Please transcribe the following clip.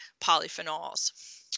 polyphenols